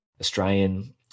Australian